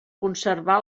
conservar